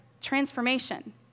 transformation